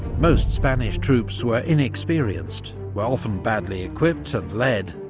most spanish troops were inexperienced, were often badly-equipped and led,